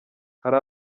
hari